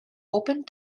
opened